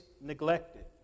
neglected